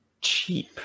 cheap